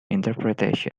interpretation